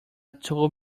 told